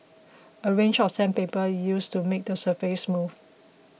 a range of sandpaper is used to make the surface smooth